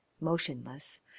motionless